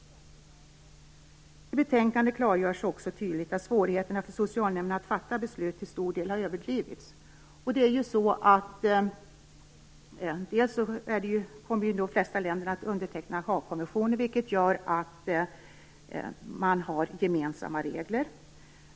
I betänkandet klargörs också tydligt att svårigheten för socialnämnderna att fatta beslut till stor del har överdrivits. Dels kommer de flesta länder att underteckna Haagkonventionen, vilket gör att man har gemensamma regler.